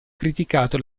criticato